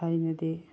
ꯊꯥꯏꯅꯗꯤ